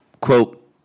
quote